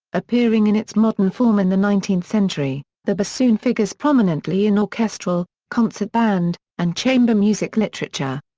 appearing in its modern form in the nineteenth century, the bassoon figures prominently in orchestral, concert band, and chamber music literature.